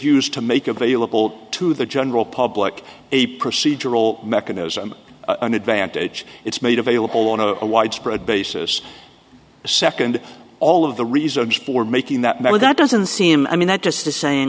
used to make available to the general public a procedural mechanism an advantage it's made available on a widespread basis a second all of the reasons for making that matter that doesn't seem i mean that just